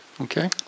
okay